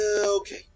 Okay